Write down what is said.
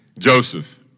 Joseph